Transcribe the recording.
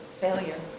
failure